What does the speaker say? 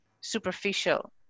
superficial